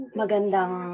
magandang